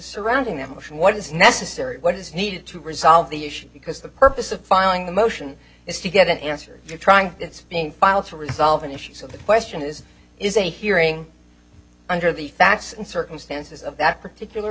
surrounding that motion what is necessary what is needed to resolve the issue because the purpose of filing the motion is to get an answer you're trying it's being filed to resolve an issue so the question is is a hearing under the facts and circumstances of that particular